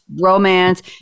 romance